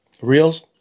Reels